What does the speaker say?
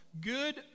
Good